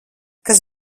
kas